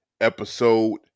episode